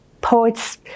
poets